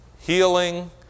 healing